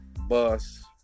Bus